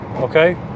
okay